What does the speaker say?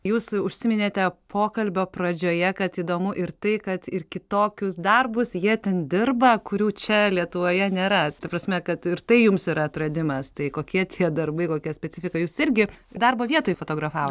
jūs užsiminėte pokalbio pradžioje kad įdomu ir tai kad ir kitokius darbus jie ten dirba kurių čia lietuvoje nėra ta prasme kad ir tai jums yra atradimas tai kokie tie darbai kokią specifiką jūs irgi darbo vietoj fotogtafavot